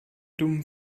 dummen